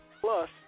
Plus